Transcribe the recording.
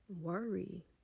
worry